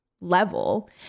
level